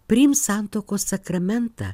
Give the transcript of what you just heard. priims santuokos sakramentą